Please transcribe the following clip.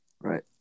Right